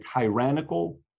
tyrannical